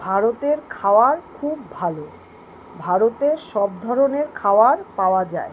ভারতের খাবার খুব ভালো ভারতে সব ধরনের খাবার পাওয়া যায়